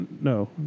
No